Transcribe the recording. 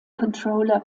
controller